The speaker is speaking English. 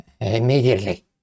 immediately